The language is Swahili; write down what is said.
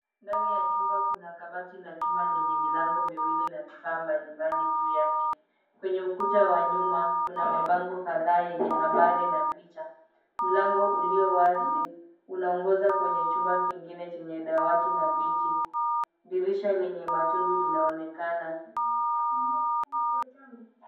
Ndani ya chumba kuna kabati la chuma lenye milango miwili na vifaa mbalimbali juu yake. Kwenye ukuta wa nyuma kuna mabango kadhaa yenye habari na picha. Mlango ulio wazi unaongoza kwenye chumba kingine chenye dawati na viti. Dirisha lenye matundu linaonekana.